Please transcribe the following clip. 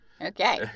Okay